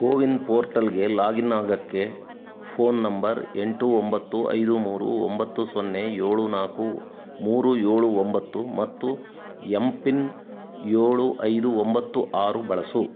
ಕೋವಿನ್ ಪೋರ್ಟಲ್ಗೆ ಲಾಗಿನ್ ಆಗೋಕ್ಕೆ phone number ಎಂಟು ಒಂಬತ್ತು ಐದು ಮೂರು ಒಂಬತ್ತು ಸೊನ್ನೆ ಏಳು ನಾಲ್ಕು ಮೂರು ಏಳು ಒಂಬತ್ತು ಮತ್ತು ಯಮ್ ಪಿನ್ ಏಳು ಐದು ಒಂಬತ್ತು ಆರು ಬಳಸು